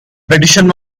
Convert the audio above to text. petition